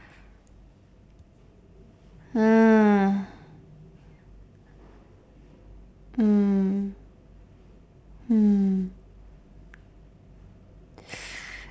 hmm mm